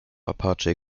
apache